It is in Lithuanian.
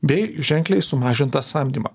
bei ženkliai sumažintą samdymą